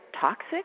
toxic